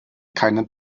keine